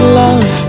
love